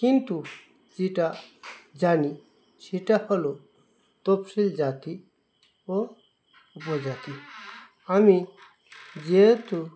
কিন্তু যেটা জানি সেটা হলো তফসিলি জাতি ও উপজাতি আমি যেহেতু